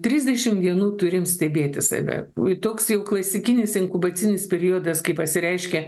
trisdešim dienų turim stebėti save toks jau klasikinis inkubacinis periodas kai pasireiškia